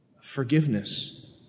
forgiveness